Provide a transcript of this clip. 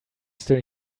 still